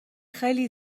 خیلی